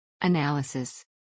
Analysis